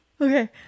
Okay